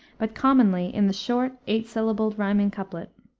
but commonly in the short, eight-syllabled rhyming couplet.